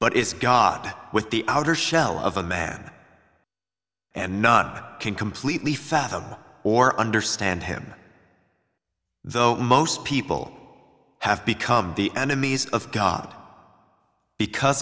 but is god with the outer shell of a man and not can completely fathom or understand him though most people have become the enemies of god because